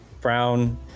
Brown